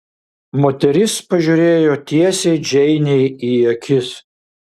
moteris pažiūrėjo tiesiai džeinei į akis